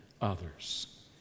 others